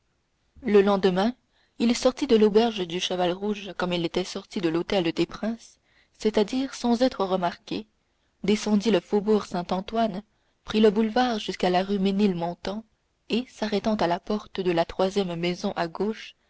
le lendemain il sortit de l'auberge du cheval rouge comme il était sorti de l'hôtel des princes c'est-à-dire sans être remarqué descendit le faubourg saint-antoine prit le boulevard jusqu'à la rue ménilmontant et s'arrêtant à la porte de la troisième maison a gauche